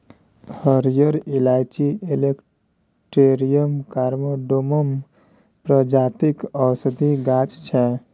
हरियर इलाईंची Elettaria cardamomum प्रजातिक औषधीक गाछ छै